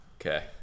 Okay